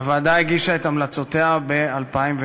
הוועדה הגישה את המלצותיה ב-2010.